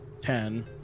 ten